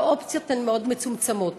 והאופציות הן מאוד מצומצמות.